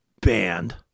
band